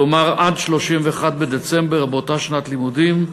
כלומר עד 31 בדצמבר באותה שנת לימודים,